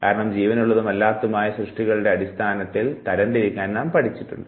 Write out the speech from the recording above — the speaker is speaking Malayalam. കാരണം ജീവനുള്ളതും അല്ലാത്തതുമായ സൃഷ്ടികളുടെ അടിസ്ഥാനത്തിൽ തരംതിരിക്കാൻ നാം പഠിച്ചിട്ടുണ്ട്